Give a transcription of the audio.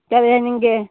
ꯀꯔꯤ ꯍꯥꯏꯅꯤꯡꯒꯦ